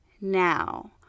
now